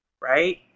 Right